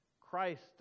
Christ